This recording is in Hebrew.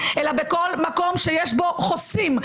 אלא בכל מקום שיש בו חוסים.